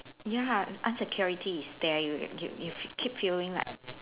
ya un-security is there you you you keep feeling like